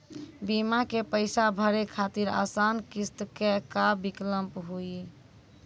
बीमा के पैसा भरे खातिर आसान किस्त के का विकल्प हुई?